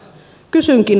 kysynkin